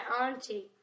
auntie